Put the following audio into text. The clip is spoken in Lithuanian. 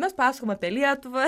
mes pasakojam apie lietuvą